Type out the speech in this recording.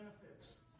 benefits